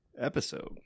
episode